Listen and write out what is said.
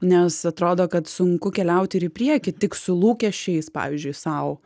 nes atrodo kad sunku keliauti ir į priekį tik su lūkesčiais pavyzdžiui sau